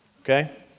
Okay